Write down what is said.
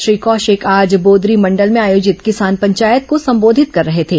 श्री कौशिक आज बोदरी मंडल में आयोजित किसान पंचायत को संबोधित कर रहे थे